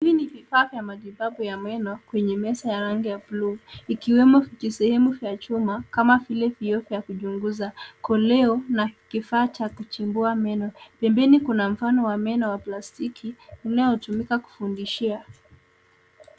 Hivi ni vifaa vya matibabu wa meno, kwenye meza ya rangi ya bluu, ikiwemo kisehemu vya chuma, kama vile vioo vya kuchunguza, koleo, na kifaa cha kuchimbua meno. Pembeni kuna mfano wa meno wa plastiki, unaotumika kufundishia.